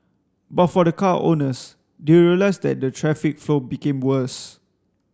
but for the car owners they realised that the traffic flow became worse